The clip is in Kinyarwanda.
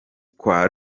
kwa